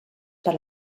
per